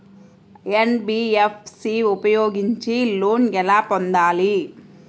NBFC ఉపయోగించి loan ఎలా పొందాలి?